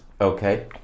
Okay